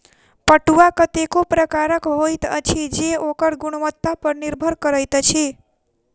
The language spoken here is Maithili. पटुआ कतेको प्रकारक होइत अछि जे ओकर गुणवत्ता पर निर्भर करैत अछि